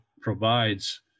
provides